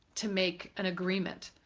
to make an agreement.